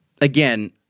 again